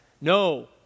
no